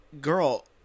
girl